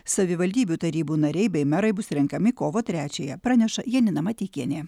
savivaldybių tarybų nariai bei merai bus renkami kovo trečiąją praneša janina mateikienė